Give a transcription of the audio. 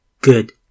good